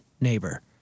neighbor